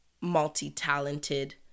multi-talented